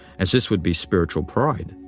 as this would be spiritual pride.